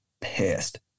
pissed